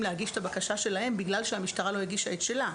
להגיש את הבקשה שלהם בגלל שהמשטרה לא הגישה את שלה.